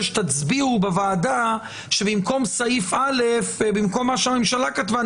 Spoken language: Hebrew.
שתצביעו בוועדה שבמקום מה שהממשלה כתבה,